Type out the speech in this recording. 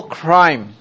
crime